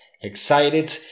Excited